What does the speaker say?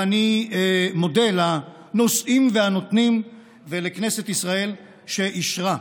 ואני מודה לנושאים והנותנים ולכנסת ישראל שאישרה.